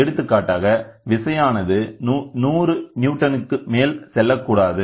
எடுத்துக்காட்டாக விசையானது 100 நியூட்டன் க்கு மேல் செல்லக்கூடாது